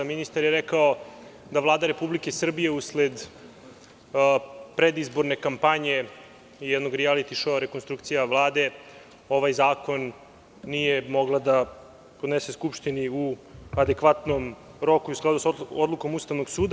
Ministar je rekao da Vlada Republike Srbije usled predizborne kampanje i jednog rialiti šoua rekonstrukcije Vlade ovaj zakon nije mogla da podnese Skupštini u adekvatnom roku i u skladu sa odlukom Ustavnog suda.